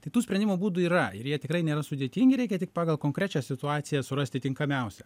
tai tų sprendimo būdų yra ir jie tikrai nėra sudėtingi reikia tik pagal konkrečią situaciją surasti tinkamiausią